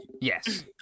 Yes